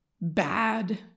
Bad